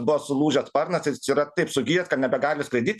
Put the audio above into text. buvo sulūžęs sparnas ir jis yra taip sugijęs kad nebegali skraidyt